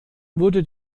wurde